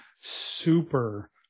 super